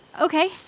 Okay